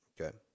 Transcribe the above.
Okay